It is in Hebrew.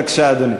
בבקשה, אדוני.